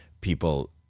people